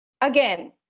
Again